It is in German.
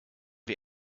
wir